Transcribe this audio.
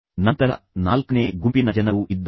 ತದನಂತರ ನಾಲ್ಕನೇ ಗುಂಪಿನ ಜನರೂ ಇದ್ದಾರೆ